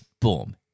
boom